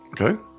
Okay